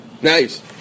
Nice